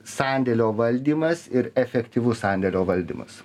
sandėlio valdymas ir efektyvus sandėlio valdymas